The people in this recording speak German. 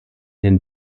den